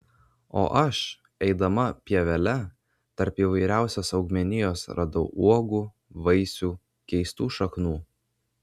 o aš eidama pievele tarp įvairiausios augmenijos radau uogų vaisių keistų šaknų